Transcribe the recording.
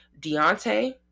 Deontay